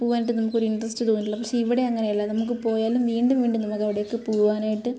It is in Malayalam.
പോകാനായിട്ട് നമുക്ക് ഒരു ഇൻ്ററസ്റ്റ് തോന്നീട്ടില്ല പക്ഷേ ഇവിടെ അങ്ങനെ അല്ല നമുക്ക് പോയാലും വീണ്ടും വീണ്ടും നമുക്ക് അവിടെയ്ക്ക് പോകാനായിട്ട്